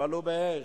הועלו באש,